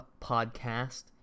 podcast